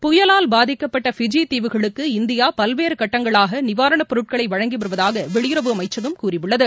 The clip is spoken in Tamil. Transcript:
புயலால் பாதிக்கப்பட்ட ஃபிஜி தீவுகளுக்கு இந்தியா பல்வேறு கட்டங்களாக நிவாரணப் பொருட்களை வழங்கி வருவதாக வெளியுறவு அமைச்சகம் கூறியுள்ளது